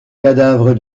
cadavre